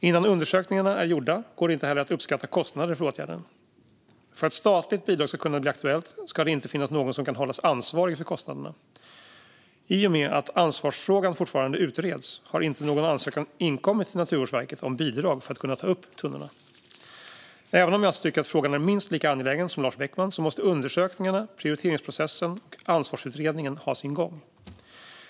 Innan undersökningarna är gjorda går det inte heller att uppskatta kostnaden för åtgärden. För att statligt bidrag ska kunna bli aktuellt ska det inte finnas någon som kan hållas ansvarig för kostnaderna. I och med att ansvarsfrågan fortfarande utreds har inte någon ansökan inkommit till Naturvårdsverket om bidrag för att kunna ta upp tunnorna. Även om jag alltså tycker att frågan är minst lika angelägen som Lars Beckman tycker måste undersökningarna, prioriteringsprocessen och ansvarsutredningen ha sin gång.